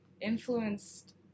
influenced